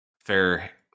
Fair